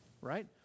right